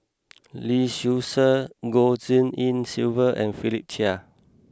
Lee Seow Ser Goh Tshin En Sylvia and Philip Chia